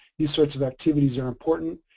these types of activities are important.